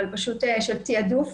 אבל פשוט של תעדוף.